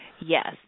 Yes